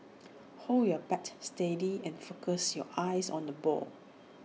hold your bat steady and focus your eyes on the ball